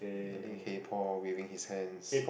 yelling hey Paul waving his hands